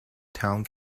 town